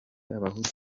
abahutu